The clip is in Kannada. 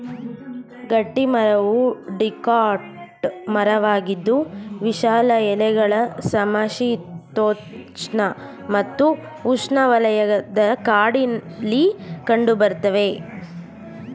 ಗಟ್ಟಿಮರವು ಡಿಕಾಟ್ ಮರವಾಗಿದ್ದು ವಿಶಾಲ ಎಲೆಗಳ ಸಮಶೀತೋಷ್ಣ ಮತ್ತು ಉಷ್ಣವಲಯದ ಕಾಡಲ್ಲಿ ಕಂಡುಬರ್ತವೆ